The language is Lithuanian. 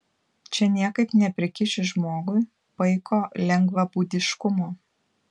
čia niekaip neprikiši žmogui paiko lengvabūdiškumo